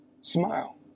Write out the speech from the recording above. smile